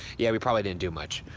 yeah, we probably didn't do much.